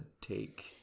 take